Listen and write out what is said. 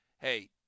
hey